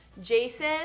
Jason